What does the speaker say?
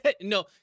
no